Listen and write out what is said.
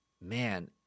Man